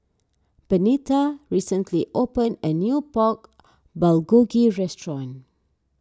Benita recently opened a new Pork Bulgogi restaurant